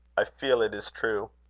i feel it is true.